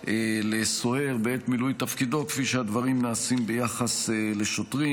לסוהר בעת מילוי תפקידו כפי שהדברים נעשים ביחס לשוטרים,